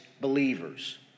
believers